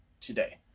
today